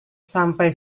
sampai